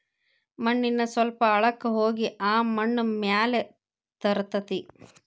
ಮಣ್ಣಿನ ಸ್ವಲ್ಪ ಆಳಕ್ಕ ಹೋಗಿ ಆ ಮಣ್ಣ ಮ್ಯಾಲ ತರತತಿ